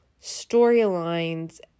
storylines